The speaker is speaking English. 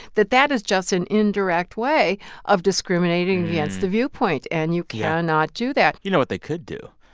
that that is just an indirect way of discriminating against the viewpoint. and you cannot do that you know what they could do.